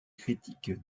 critiques